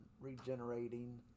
regenerating